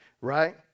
right